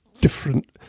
different